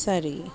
சரி